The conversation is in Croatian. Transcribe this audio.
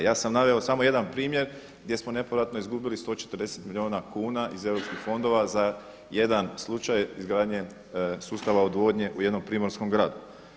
Ja sam naveo samo jedan primjer gdje smo nepovratno izgubili 140 milijuna kuna iz europskih fondova za 1 slučaj izgradnje sustava odvodnje u jednom primorskom gradu.